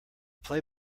play